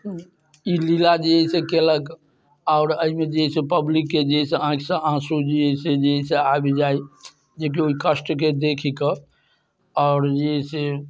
ई लीला जे है से केलक आओर अइमे जे है से पब्लिकके जे है से आँखिसँ आँसू जे है से जे है से आबि जाइ जेकि ओइ कष्टके देखिकऽ आओर जे है से